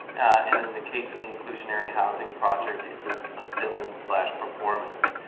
and then in the case of the inclusionary housing project, it's a film slash performance.